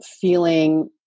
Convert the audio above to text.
feeling